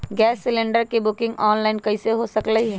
Gas cylinder के booking online कईसे हो सकलई ह?